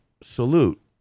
salute